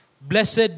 Blessed